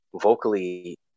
Vocally